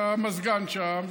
במזגן שם,